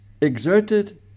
exerted